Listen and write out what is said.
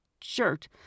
shirt